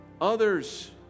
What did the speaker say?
others